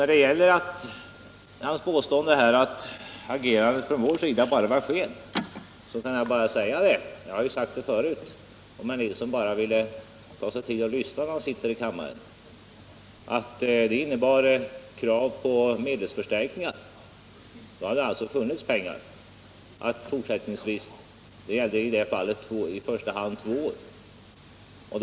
När det gäller herr Nilssons påstående att agerandet från vår sida bara var sken vill jag säga vad jag förut sagt — och det vore bra om herr Nilsson ville ta sig tid att lyssna när han sitter i kammaren — att vårt tidigare handlande innebar krav på medelsförstärkningar. Hade vi fått det hade det alltså funnits pengar att behålla i första hand de två flygflottiljer som det då gällde.